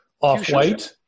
off-white